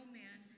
man